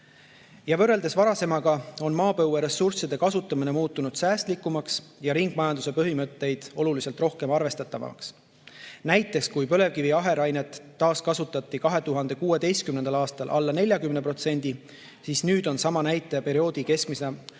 Võrreldes varasemaga on maapõueressursside kasutamine muutunud säästlikumaks ja ringmajanduse põhimõtteid oluliselt rohkem arvestavaks. Näiteks põlevkivi aherainet taaskasutati 2016. aastal alla 40%, aga nüüd on sama näitaja perioodi keskmine kerkinud